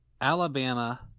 Alabama